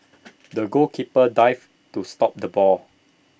the goalkeeper dived to stop the ball